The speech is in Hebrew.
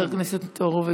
חבר הכנסת הורוביץ,